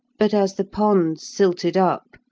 but, as the ponds silted up,